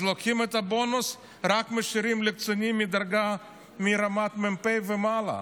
אז לוקחים את הבונוס ומשאירים רק לקצינים מדרגת מ"פ ומעלה,